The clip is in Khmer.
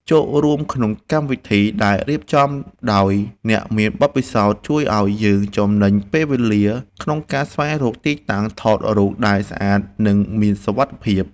ចូលរួមក្នុងកម្មវិធីដែលរៀបចំដោយអ្នកមានបទពិសោធន៍ជួយឱ្យយើងចំណេញពេលវេលាក្នុងការស្វែងរកទីតាំងថតរូបដែលស្អាត និង មានសុវត្ថិភាព។